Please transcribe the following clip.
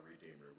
Redeemer